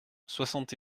soixante